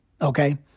Okay